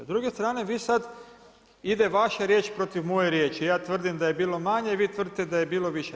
S druge strane vi sad ide vaša riječ protiv moje riječi, ja tvrdim da je bilo manje, vi tvrdite da je bilo više.